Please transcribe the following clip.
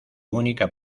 única